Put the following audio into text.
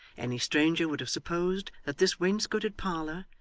any stranger would have supposed that this wainscoted parlour,